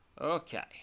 Okay